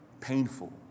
painful